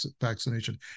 vaccination